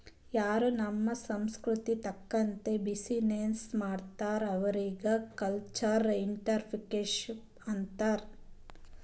ಯಾರೂ ನಮ್ ಸಂಸ್ಕೃತಿ ತಕಂತ್ತೆ ಬಿಸಿನ್ನೆಸ್ ಮಾಡ್ತಾರ್ ಅವ್ರಿಗ ಕಲ್ಚರಲ್ ಇಂಟ್ರಪ್ರಿನರ್ಶಿಪ್ ಅಂತಾರ್